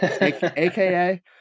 AKA